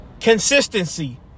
Consistency